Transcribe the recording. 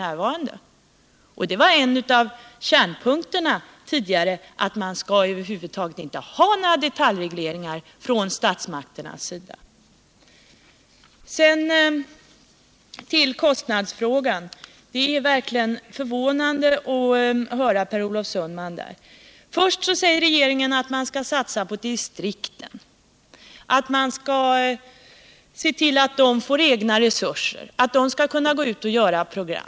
Det har tidigare varit en av kärnpunkterna att man över huvud taget inte skall ha några detaljregleringar från statsmakternas sida. Sedan till kostnadsfrågan. Det är verkligen förvånande att höra Per Olof Sundman. Först säger regeringen att man skall satsa på distrikten och se till att de får egna resurser och skall kunna gå ut och göra program.